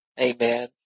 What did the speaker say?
Amen